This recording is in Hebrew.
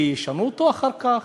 כי ישנו אותו אחר כך,